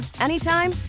anytime